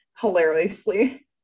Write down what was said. hilariously